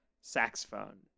saxophone